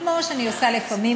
כמו שאני עושה לפעמים,